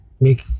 Make